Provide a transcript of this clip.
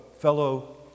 fellow